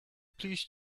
please